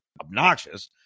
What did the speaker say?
obnoxious